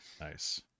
Nice